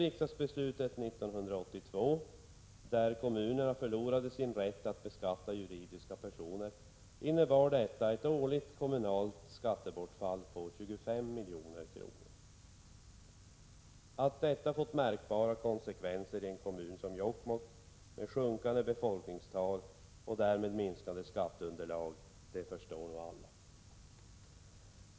Riksdagsbeslutet 1982, då kommunerna förlorade sin rätt att beskatta juridiska personer, innebar ett årligt kommunalt skattebortfall på 25 milj.kr. Att detta fått märkbara konsekvenser i en kommun som Jokkmokk, med sjunkande befolkningstal och därmed minskande skatteunderlag, det förstår alla.